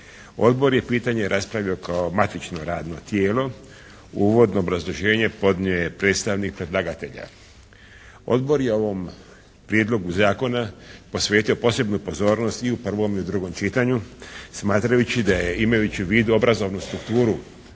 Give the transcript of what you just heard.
Odbor je pitanje raspravio kao matično radno tijelo. Uvodno obrazloženje podnio je predstavnik predlagatelja. Odbor je ovom prijedlogu zakona posvetio posebnu pozornost i u prvom i u drugom čitanju smatrajući da je imajući u vidu obrazovnu strukturu